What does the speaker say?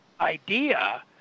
idea